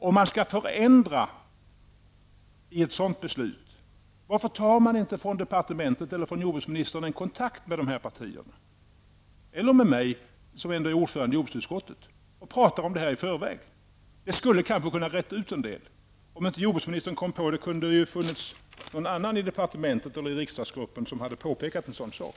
Om man skall förändra i ett sådant beslut, varför tar inte departementet eller jordbruksministern en kontakt med de här partierna eller med mig, som ändå är ordförande i jordbruksutskottet, och pratar om det i förväg? Det skulle kanske ha kunnat reda ut en del. Om inte jordbruksministern kommit på det, kunde det ju ha funnits någon annan i departementet eller i riksdagsgruppen som hade påpekat en sådan sak.